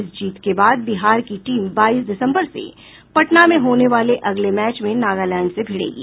इस जीत के बाद बिहार के टीम बाईस दिसम्बर से पटना में होने वाले अगले मैच में नागालैंड से भिड़ेगी